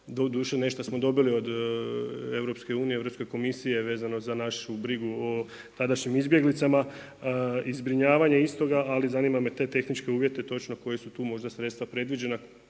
doduše nešto smo dobili od EU, Europske komisije vezano za našu brigu o tadašnjim izbjeglicama i zbrinjavanje istoga Ali zanima me te tehničke uvjete točno koja su tu možda sredstva predviđena,